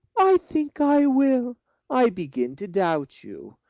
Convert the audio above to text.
i think i will i begin to doubt you.